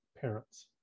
parents